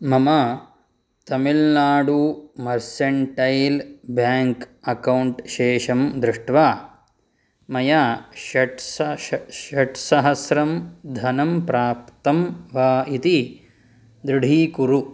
मम Tamil Nadu mercantile bank account शेषं दृष्ट्वा मया षट् ष षट्सहस्रं धनं प्राप्तं वा इति दृढीकुरु